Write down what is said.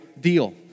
deal